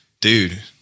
dude